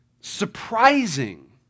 surprising